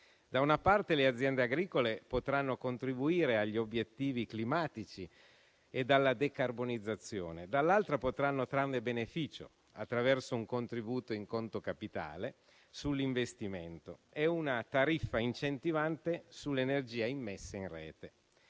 Da una parte le aziende agricole potranno contribuire agli obiettivi climatici e alla decarbonizzazione, dall'altra potranno trarne beneficio attraverso un contributo in conto capitale sull'investimento e una tariffa incentivante sull'energia immessa in rete.